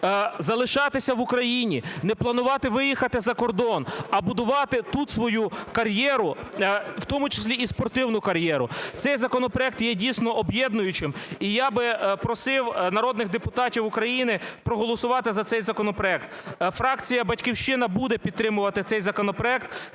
залишатися в Україні, не планувати виїхати за кордон, а будувати тут свою кар'єру, в тому числі, і спортивну кар'єру. Цей законопроект є дійсно об'єднуючим, і я би просив народних депутатів України проголосувати за цей законопроект. Фракція "Батьківщина" буде підтримувати цей законопроект